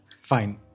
Fine